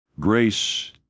grace